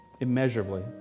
immeasurably